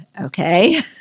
okay